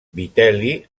vitel·li